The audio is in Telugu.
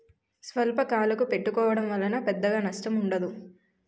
స్వల్పకాలకు పెట్టుకోవడం వలన పెద్దగా నష్టం ఉండదు